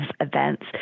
events